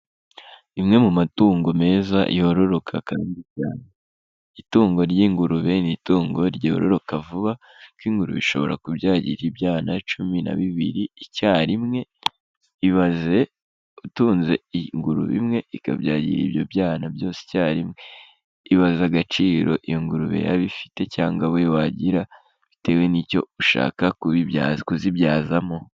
Imwe mu matungo meza yororoka, itungo ry'ingurube ni itungo ryororoka vuba, kuko inguru ishobora kubyarira ibyana cumi na bibiri icyarimwe, ibaze utunze ingurube imwe ikabyarira ibyo bibwana byose icyarimwe? Ibaze agaciro ingurube ifite cyangwa wowe wagira bitewe n'icyo ushaka kuzibyazamo.